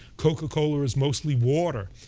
coca-cola is mostly water.